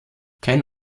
kein